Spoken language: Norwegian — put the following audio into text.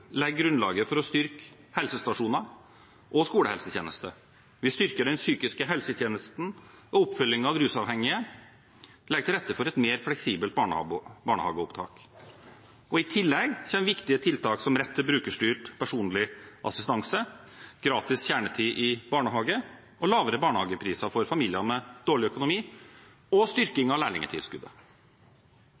legger grunnlaget for å styrke helsestasjoner og skolehelsetjeneste. Vi styrker den psykiske helsetjenesten og oppfølgingen av rusavhengige og legger til rette for et mer fleksibelt barnehageopptak. I tillegg kommer viktige tiltak som rett til brukerstyrt personlig assistanse, gratis kjernetid i barnehage og lavere barnehagepriser for familier med dårlig økonomi, og styrking av